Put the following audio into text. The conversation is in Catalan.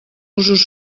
usos